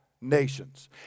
nations